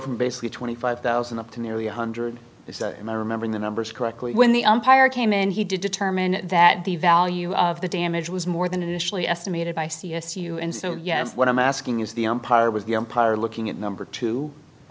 from basically a twenty five thousand up to nearly one hundred and i remember the numbers correctly when the umpire came in he did determine that the value of the damage was more than initially estimated by c s u and so yes what i'm asking is the umpire was the umpire looking at number two i